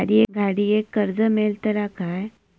गाडयेक कर्ज मेलतला काय?